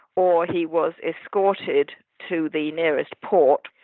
or he was escorted to the nearest port,